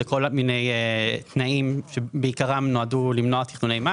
זה כל מיני תנאים שבעיקרם נועדו למנוע תכנוני מס